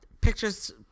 pictures